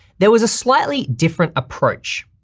there was a slightly different approach.